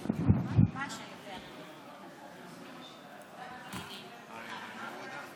חבל שחבר הכנסת סמוטריץ', כמו גיבור גדול,